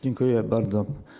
Dziękuję bardzo.